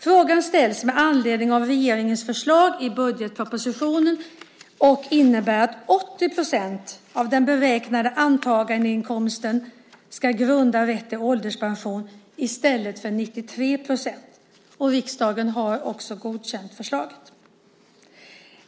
Frågan ställs med anledning av regeringens förslag i budgetpropositionen och innebär att 80 % av den beräknade antagandeinkomsten ska grunda rätt till ålderspension i stället för 93 %. Riksdagen har godkänt förslaget.